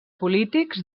polítics